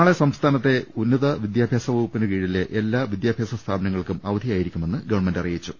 നാളെ സംസ്ഥാനത്തെ ഉന്നതിവിദ്യാഭ്യാസ വകുപ്പിന് കീഴിലെ എല്ലാ വിദ്യാഭ്യാസ സ്ഥാപനങ്ങൾക്കും അവധിയായിരിക്കുമെന്ന് ഗവൺമെന്റ് അറിയിച്ചു